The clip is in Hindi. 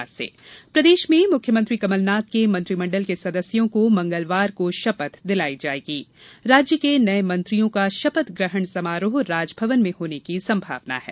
मंत्रिमण्डल गठन प्रदेश में मुख्यमंत्री कमलनाथ के मंत्रिमंडल के सदस्यों को मंगलवार को शपथ दिलायी जाएगी राज्य के नये मंत्रियों का शपथ ग्रहण समारोह राजभवन में होने की संभावना है